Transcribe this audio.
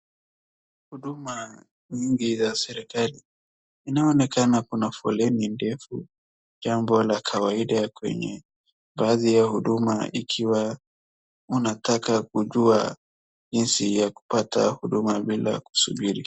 Huduma nyingi ya serikali, inaonekana kuna foleni ndefu jambo la kawaida kwenye ngazi ya huduma ikiwa unataka kujua jinsi ya kupata huduma bila kusubiri.